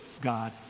God